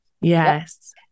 Yes